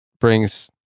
brings